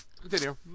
continue